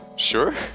sure.